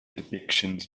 depictions